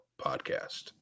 podcast